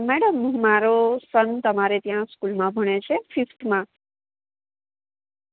madam મારો son તમારે ત્યાં સ્કૂલમાં ભણે છે ફિફ્થમાં